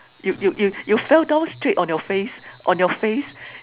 you you you fell down straight on your face on your face